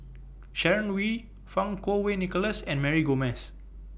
Sharon Wee Fang Kuo Wei Nicholas and Mary Gomes